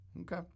Okay